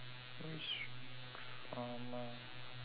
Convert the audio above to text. which drama